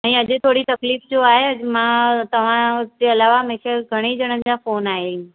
ऐं अॼु थोरी तकलीफ़ जो आहे अॼु मां तव्हांजे हुते अलावा मूंखे घणेई ॼणनि जा फ़ोन आया आहिनि